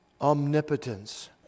omnipotence